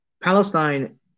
Palestine